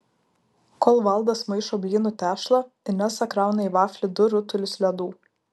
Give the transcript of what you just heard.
kol valdas maišo blynų tešlą inesa krauna į vaflį du rutulius ledų